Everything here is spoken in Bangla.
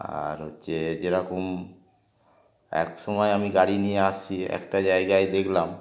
আর হচ্ছে যেরকম এক সময় আমি গাড়ি নিয়ে আসছি একটা জায়গায় দেখলাম